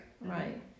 Right